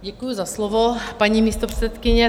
Děkuji za slovo, paní místopředsedkyně.